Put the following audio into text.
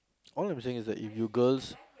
all I'm saying is that if you girls